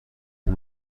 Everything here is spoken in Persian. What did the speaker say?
تخم